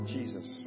Jesus